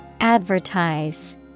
Advertise